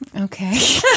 Okay